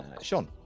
Sean